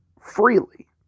freely